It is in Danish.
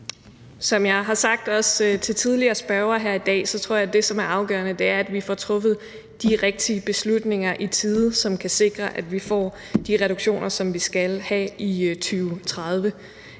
Som jeg også har sagt til tidligere spørgere her i dag, tror jeg, at det, der bliver afgørende, er, at vi i tide får truffet de rigtige beslutninger, som kan sikre, at vi får de reduktioner, som vi skal have i 2030.